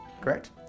correct